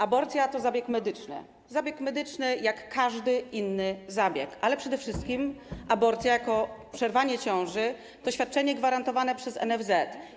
Aborcja to zabieg medyczny, zabieg medyczny jak każdy inny zabieg, ale przede wszystkim aborcja jako przerwanie ciąży to świadczenie gwarantowane przez NFZ.